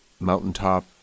Mountaintop